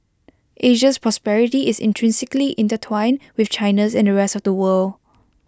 Asia's prosperity is intrinsically intertwined with China's and the rest of the world